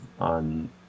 on